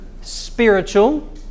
spiritual